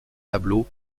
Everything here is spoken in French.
tableau